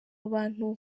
abantu